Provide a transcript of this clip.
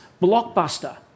Blockbuster